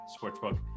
sportsbook